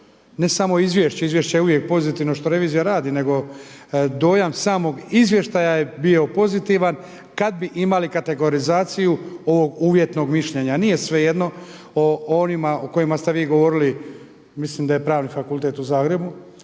Ne samo izvješće, izvješće je uvijek pozitivno što revizija radi nego dojam samog izvještaja bi bio pozitivan kad bi imali kategorizaciju ovog uvjetnog mišljenja. Nije svejedno o onima o kojima ste vi govorili mislim da je Pravni fakultet u Zagrebu